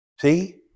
See